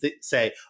say